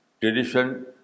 tradition